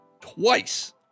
twice